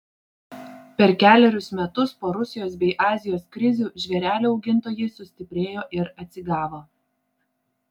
per kelerius metus po rusijos bei azijos krizių žvėrelių augintojai sustiprėjo ir atsigavo